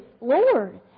Lord